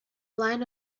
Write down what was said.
line